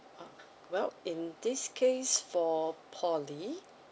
uh well in this case for poly